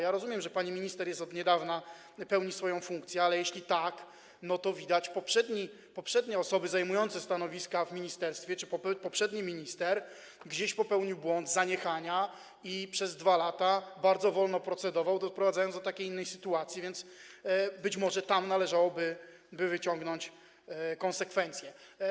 Ja rozumiem, że pani minister od niedawna pełni swoją funkcję, ale jeśli tak, to widać poprzednie osoby zajmujące stanowiska w ministerstwie czy poprzedni minister gdzieś popełnili błąd zaniechania i przez 2 lata bardzo wolno procedowali, doprowadzając do takiej sytuacji, więc być może należałoby wyciągnąć konsekwencje.